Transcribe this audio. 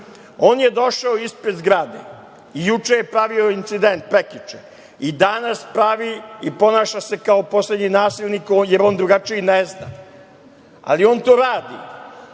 on je došao ispred zgrade, prekjuče je pravio incident i danas pravi i ponaša se kao poslednji nasilnik, jer on drugačije i ne zna, ali on to radi.